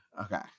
Okay